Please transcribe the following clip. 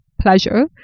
pleasure